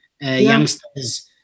youngsters